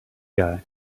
guy